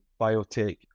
biotech